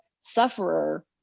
sufferer